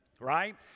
right